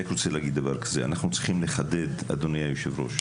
אדוני היושב-ראש,